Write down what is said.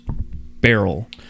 barrel